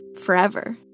forever